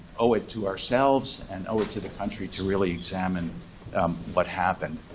owe it to ourselves and owe it to the country to really examine what happened.